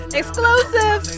exclusive